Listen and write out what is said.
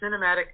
cinematic